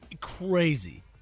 Crazy